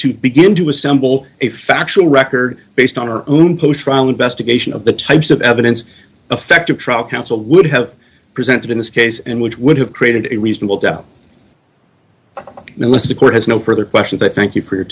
to begin to assemble a factual record based on our own post trial investigation of the types of evidence affect a trial counsel would have presented in this case and which would have created a reasonable doubt unless the court has no further questions i thank you for your